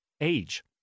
age